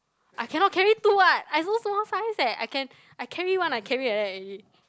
I cannot carry two [what] I so small sized eh I can I carry one I carry like that already